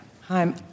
Hi